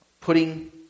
Putting